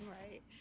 right